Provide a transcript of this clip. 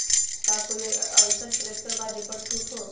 का कोइ अईसन ट्रैक्टर बा जे पर छूट हो?